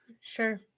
sure